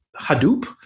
Hadoop